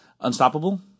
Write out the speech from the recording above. Unstoppable